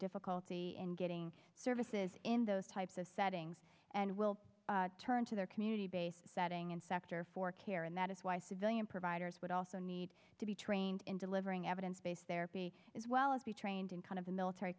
difficulty in getting services in those types of settings and will turn to their community based setting in sector for care and that is why civilian providers would also need to be trained in delivering evidence based therapy as well as be trained in kind of the military